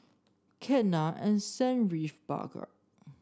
Ketna Sanjeev Bhagat